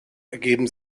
ergeben